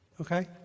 Okay